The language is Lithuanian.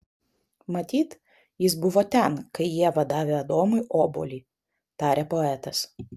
matyt jis buvo ten kai ieva davė adomui obuolį tarė poetas